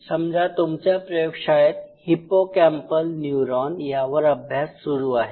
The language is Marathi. समजा तुमच्या प्रयोगशाळेत हिप्पोकॅम्पल न्यूरॉन यावर अभ्यास सुरू आहे